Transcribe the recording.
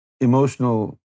emotional